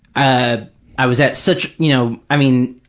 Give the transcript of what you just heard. i i was at such, you know, i mean,